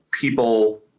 people